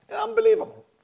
Unbelievable